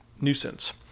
nuisance